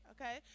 okay